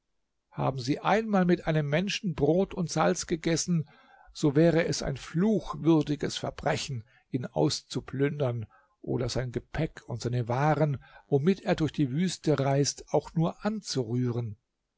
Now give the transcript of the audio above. haben sie einmal mit einem menschen brot und salz gegessen so wäre es ein fluchwürdiges verbrechen ihn auszuplündern oder sein gepäck und seine waren womit er durch die wüste reist auch nur anzurühren